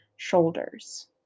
shoulders